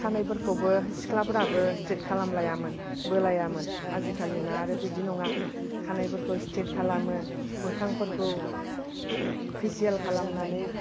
खानायफोरखौबो सिख्लाफोराबो स्थ्रेइथ खालामलायामोन बोलायामोन आजिखालिना आरो बिदि नङा खानायफोरखौ स्थ्रेइथ खालामो मोखांफोरखौ फेसियेल खालामनानै